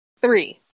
Three